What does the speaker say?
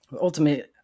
ultimately